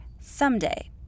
someday